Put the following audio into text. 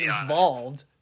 involved